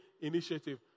initiative